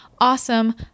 awesome